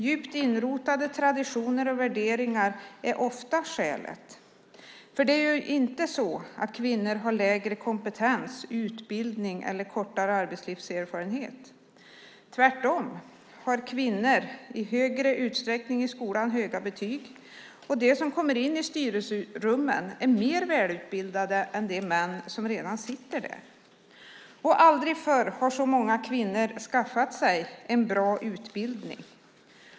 Djupt inrotade traditioner och värderingar är ofta skälet. Det är ju inte så att kvinnor har lägre kompetens, utbildning eller kortare arbetslivserfarenhet. Tvärtom har kvinnor i större utsträckning i skolan höga betyg, och de som kommer in i styrelserummen är mer välutbildade än de män som redan sitter där. Aldrig förr har så många kvinnor skaffat sig en bra utbildning.